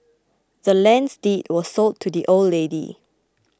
the land's deed was sold to the old lady